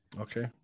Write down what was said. okay